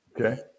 Okay